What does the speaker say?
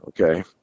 Okay